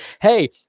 Hey